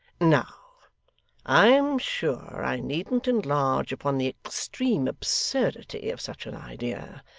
now i am sure i needn't enlarge upon the extreme absurdity of such an idea,